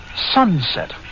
Sunset